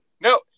No